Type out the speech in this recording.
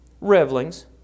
revelings